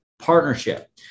partnership